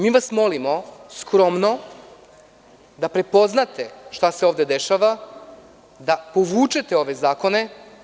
Mi vas molimo skromno, da prepoznate šta se ovde dešava, da povučete ove zakone.